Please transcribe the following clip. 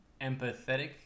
empathetic